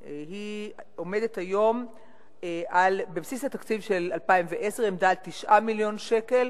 בדיוק: בבסיס התקציב של 2010 היא עמדה על 9 מיליון שקל.